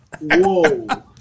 Whoa